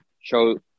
show